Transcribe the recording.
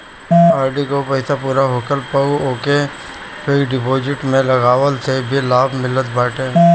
RD कअ पईसा पूरा होखला पअ ओके फिक्स डिपोजिट में लगवला से लाभ मिलत बाटे